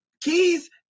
keys